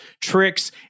tricks